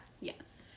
Yes